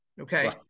Okay